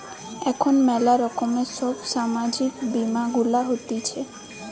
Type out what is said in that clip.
এখন ম্যালা রকমের সব সামাজিক বীমা গুলা হতিছে